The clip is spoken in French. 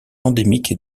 endémique